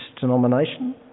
denomination